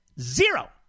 Zero